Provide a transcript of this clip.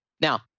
Now